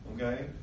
Okay